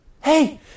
Hey